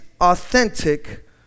authentic